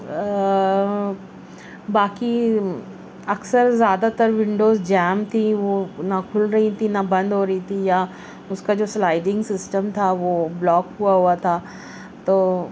باقی اکثر زیادہ تر ونڈوز جام تھی وہ نہ کھل رہی تھیں نہ بند ہو رہی تھیں یا اس کا جو سلائڈنگ سسٹم تھا وہ بلاک ہوا ہوا تھا تو